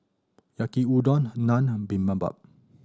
Yaki Udon Naan and Bibimbap